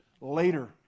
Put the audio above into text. later